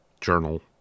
journal